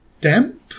damp